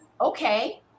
okay